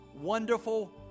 Wonderful